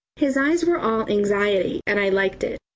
his eyes were all anxiety and i liked it.